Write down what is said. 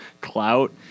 clout